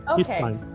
okay